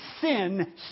sin